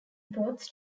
reports